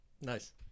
Nice